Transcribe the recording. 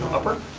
upper?